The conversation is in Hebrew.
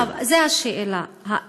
זאת השאלה,